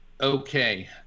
Okay